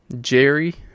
Jerry